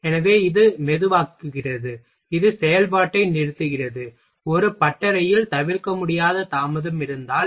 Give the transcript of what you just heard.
எனவே இது மெதுவாக்குகிறது இது செயல்பாட்டை நிறுத்துகிறது ஒரு பட்டறையில் தவிர்க்க முடியாத தாமதம் இருந்தால்